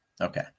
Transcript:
Okay